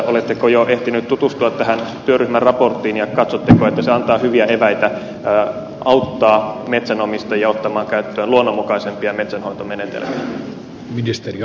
oletteko jo ehtinyt tutustua tähän työryhmän raporttiin ja katsotteko että se antaa hyviä eväitä auttaa metsänomistajia ottamaan käyttöön luonnonmukaisempia metsänhoitomenetelmiä